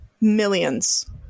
Millions